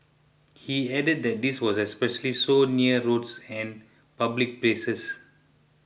he added that this was especially so near roads and public places